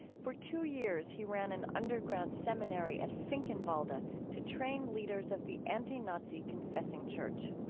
for two years, he ran an underground seminary at finkenwalde ah to train leaders of the anti-nazi confessing church.